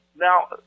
Now